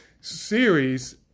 series